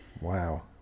wow